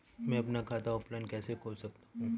मैं अपना खाता ऑफलाइन कैसे खोल सकता हूँ?